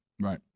Right